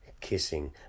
Kissing